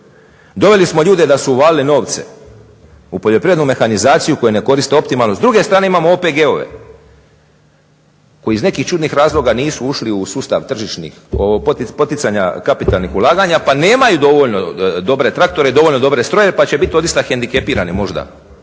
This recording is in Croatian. doveli smo ljude da su uvalili novce u poljoprivrednu mehanizaciju koju ne koriste optimalno. S druge strane imamo OPG-ove koji iz nekih čudnih razloga nisu ušli u sustav tržišnih, poticanja kapitalnih ulaganja pa nemaju dovoljno dobre traktore i dovoljno dobre strojeve pa će bit odista hendikepirani možda